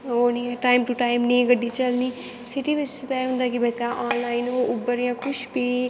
ओह् निं ऐ टाईम टू टाईम निं गड्डी चलनी सीटी बिच्च ते होंदा कि बंदा आनलाईन ऊबर जां कुछ बी